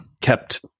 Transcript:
kept